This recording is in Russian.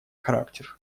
характер